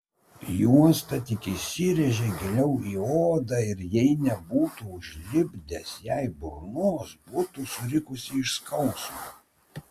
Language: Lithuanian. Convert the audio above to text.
juosta tik įsirėžė giliau į odą ir jei nebūtų užlipdęs jai burnos būtų surikusi iš skausmo